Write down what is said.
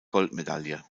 goldmedaille